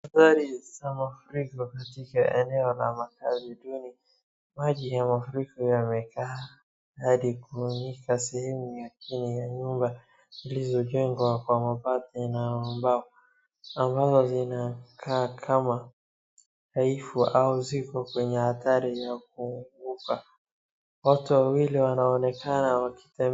Athari ya mafuriko katika makazi duni, maji ya mafuriko yamekaa hadi kuoneka sehemu ya chini ya nyumba zilizojengwa kwa mapati na mbao ambazo zinakaa kama dhaifu au ziko kwenye hatari ya kuanguka. Watu wawili wanaonekana wakitembe.